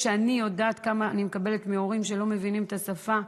כשאני יודעת כמה אני מקבלת מהורים שלא מבינים את השפה,